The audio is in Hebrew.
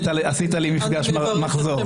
אז עשית לי מפגש מחזור.